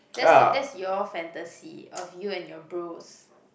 that's the that's your fantasy of you and your bros